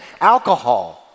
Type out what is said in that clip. alcohol